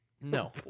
No